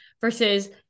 versus